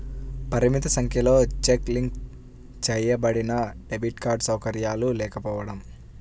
పరిమిత సంఖ్యలో check link చేయబడినడెబిట్ కార్డ్ సౌకర్యాలు లేకపోవడం